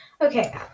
Okay